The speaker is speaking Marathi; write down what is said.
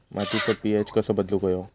मातीचो पी.एच कसो बदलुक होयो?